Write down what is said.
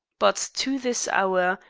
but, to this hour,